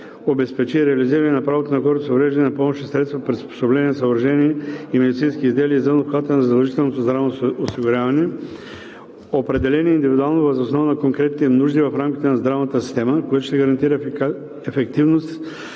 обезпечи реализиране на правото на хората с увреждания на помощни средства, приспособления, съоръжения и медицински изделия извън обхвата на задължителното здравно осигуряване, определени индивидуално въз основа на конкретните им нужди в рамките на здравната система, което ще гарантира ефективност,